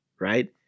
right